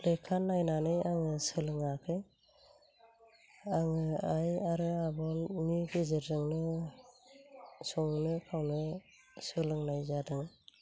लेखा नायनानै आङो सोलोङाखै आङो आइ आरो आब'नि गेजेरजोंनो संनो खावनो सोलोंनाय जादों